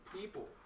people